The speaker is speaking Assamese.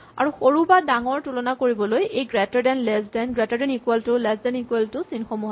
আৰু সৰু বা ডাঙৰ তুলনা কৰিবলৈ এই greater than less than greater than equal to less than equal to চিনসমূহ আছে